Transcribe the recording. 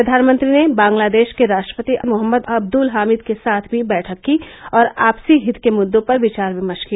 प्रधानमंत्री ने बांग्लादेश के राष्ट्रपति मोहम्मद अब्दल हामिद के साथ भी बैठक की और आपसी हित के मुद्दों पर विचार विमर्श किया